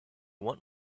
want